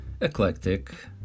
eclectic